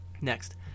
Next